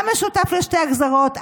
מה משותף לשתי הגזרות?